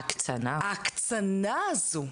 ההקצנה הזו,